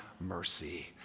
mercy